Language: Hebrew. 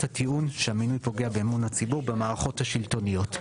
הטיעון שהמינוי פוגע באמון הציבור במערכות השלטוניות.